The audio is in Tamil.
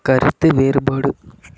கருத்து வேறுபாடு